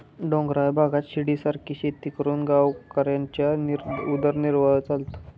डोंगराळ भागात शिडीसारखी शेती करून गावकऱ्यांचा उदरनिर्वाह चालतो